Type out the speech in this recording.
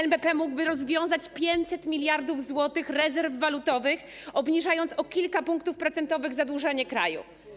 NBP mógłby rozwiązać 500 mld zł rezerw walutowych, obniżając o kilka punktów procentowych zadłużenie kraju.